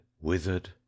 withered